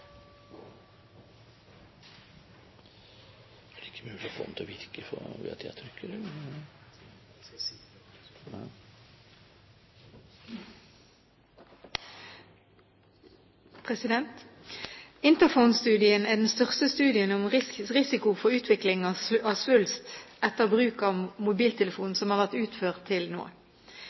den største studien om risiko for utvikling av svulst etter bruk av mobiltelefon som har vært utført til